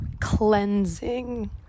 cleansing